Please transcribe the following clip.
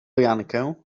jankę